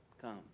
Come